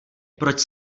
proč